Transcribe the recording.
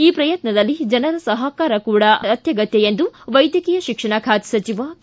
ಈ ಪ್ರಯತ್ನದಲ್ಲಿ ಜನರ ಸಹಕಾರ ಕೂಡ ಅತ್ಯಗತ್ಯ ಎಂದು ವೈದ್ಯಕೀಯ ಶಿಕ್ಷಣ ಖಾತೆ ಸಚಿವ ಕೆ